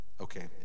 okay